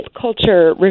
culture